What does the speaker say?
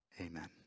Amen